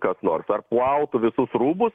kas nors ar plautų visus rūbus